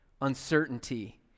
uncertainty